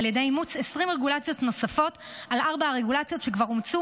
ידי אימוץ 20 רגולציות נוספות על ארבע הרגולציות שכבר אומצו